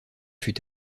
fut